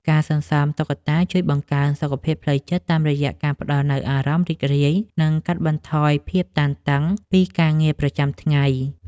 ការសន្សំតុក្កតាជួយបង្កើនសុខភាពផ្លូវចិត្ត តាមរយៈការផ្ដល់នូវអារម្មណ៍រីករាយ និងកាត់បន្ថយភាពតានតឹងពីការងារប្រចាំថ្ងៃ។